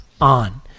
on